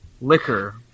liquor